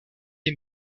les